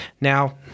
Now